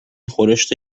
خورشت